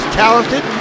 talented